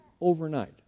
overnight